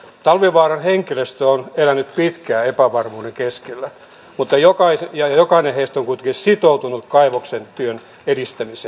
talvivaaran henkilöstö on elänyt pitkään epävarmuuden keskellä ja jokainen heistä on kuitenkin sitoutunut kaivoksen työn edistämiseen